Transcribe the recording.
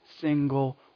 single